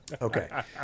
Okay